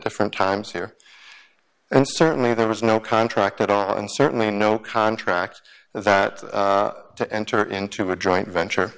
different times here and certainly there was no contract at all and certainly no contract that to enter into a joint venture